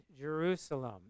jerusalem